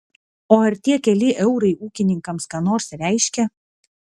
o ar tie keli eurai ūkininkams ką nors reiškia